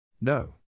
No